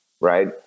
right